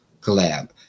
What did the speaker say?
collab